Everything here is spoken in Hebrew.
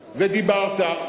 ודיברת.